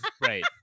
Right